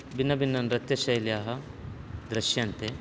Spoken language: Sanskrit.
भिन्नभिन्ननृत्यशैल्याः दृश्यन्ते